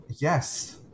yes